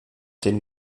den